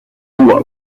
what